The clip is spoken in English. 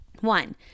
one